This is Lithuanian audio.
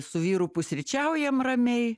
su vyru pusryčiaujam ramiai